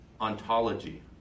ontology